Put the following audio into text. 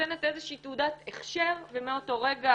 שנותנת איזושהי תעודת הכשר ומאותו רגע